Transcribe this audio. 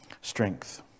strength